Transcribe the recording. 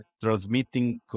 transmitting